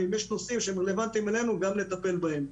ואם יש נושאים שהם רלוונטיים אלינו גם לטפל בהם.